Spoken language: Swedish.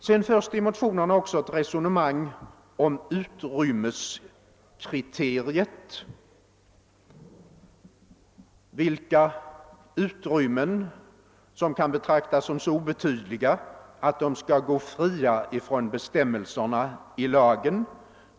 Sedan förs det i motionen också ett resonemang om utrymmeskriteriet, dvs. om vilka byggen som kan betraktas som så obetydliga att de skall gå fria från bestämmelserna i lagen.